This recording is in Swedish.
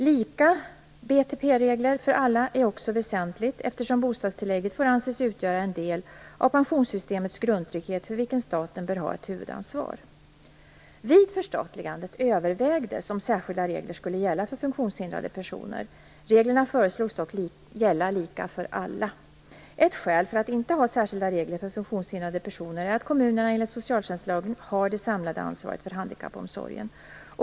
Lika BTP-regler för alla är också väsentligt, eftersom bostadstillägget får anses utgöra en del av pensionssystemets grundtrygghet för vilken staten bör ha ett huvudansvar. Vid förstatligandet övervägdes om särskilda regler skulle gälla för funktionshindrade personer. Reglerna föreslogs dock gälla lika för alla. Ett skäl för att inte ha särskilda regler för funktionshindrade personer är att kommunerna enligt socialtjänstlagen har det samlade ansvaret för handikappomsorgen.